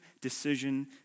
decision